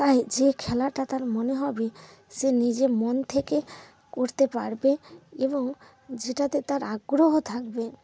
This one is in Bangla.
তাই যে খেলাটা তার মনে হবে সে নিজে মন থেকে করতে পারবে এবং যেটাতে তার আগ্রহ থাকবে